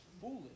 foolish